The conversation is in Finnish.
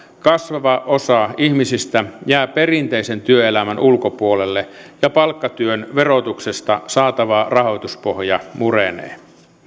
kasvava osa ihmisistä jää perinteisen työelämän ulkopuolelle ja palkkatyön verotuksesta saatava rahoituspohja murenee